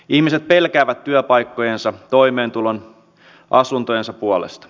ihmiset pelkäävät työpaikkojensa toimeentulon asuntojensa puolesta